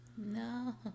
No